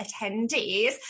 attendees